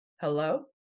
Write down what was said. hello